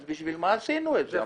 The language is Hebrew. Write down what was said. אז בשביל מה עשינו את זה?